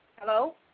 Hello